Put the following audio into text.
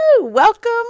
welcome